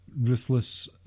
ruthless